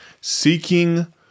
seeking